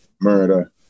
Murder